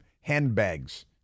handbags